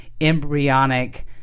embryonic